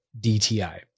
DTI